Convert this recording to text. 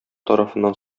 тарафыннан